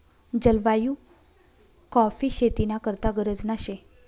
जलवायु काॅफी शेती ना करता गरजना शे